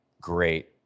great